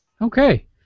Okay